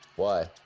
why?